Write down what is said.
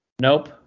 nope